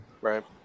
Right